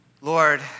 Lord